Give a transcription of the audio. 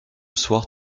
soir